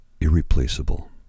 irreplaceable